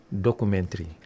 documentary